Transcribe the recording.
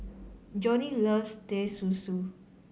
Johney loves Teh Susu